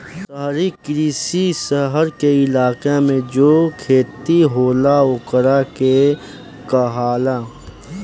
शहरी कृषि, शहर के इलाका मे जो खेती होला ओकरा के कहाला